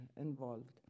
involved